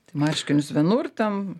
tai marškinius vienur ten